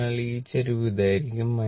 അതിനാൽ ഈ ചരിവ് ഇതായിരിക്കും